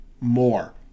more